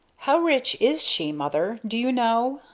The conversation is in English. how rich is she, mother? do you know?